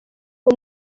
uwo